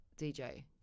DJ